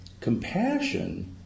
Compassion